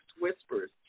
whispers